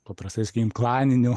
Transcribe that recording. paprastai sakym klaninių